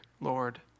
Lord